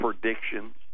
predictions